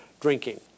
drinking